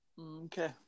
Okay